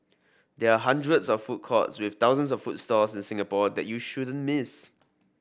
there are hundreds of food courts with thousands of food stalls in Singapore that you shouldn't miss